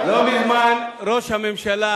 ראש הממשלה,